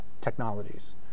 technologies